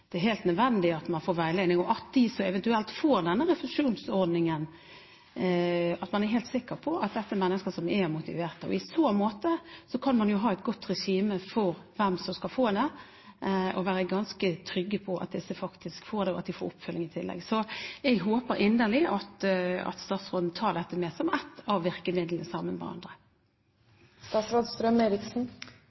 Det er helt nødvendig at de får veiledning, og at man er helt sikker på at de som eventuelt kommer inn under denne refusjonsordningen, er mennesker som er motiverte. I så måte kan man jo ha et godt regime for hvem som skal få det, slik at man kan være ganske trygg på at disse faktisk får det, og at de får oppfølging i tillegg. Jeg håper inderlig at statsråden tar dette med som ett av virkemidlene, sammen med